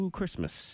Christmas